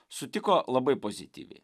sutiko labai pozityviai